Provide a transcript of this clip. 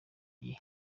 gihe